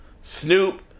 Snoop